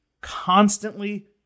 constantly